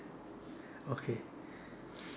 okay